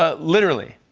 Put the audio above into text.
ah literally!